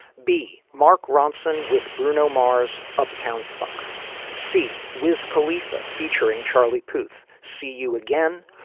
b mark ronson with bruno mars. uptown funk c wiz khalifa featuring charlie puth. see you again.